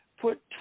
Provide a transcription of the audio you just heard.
put